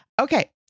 Okay